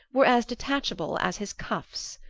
were as detachable as his cuffs.